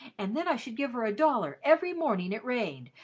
and then i should give her a dollar every morning it rained,